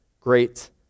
great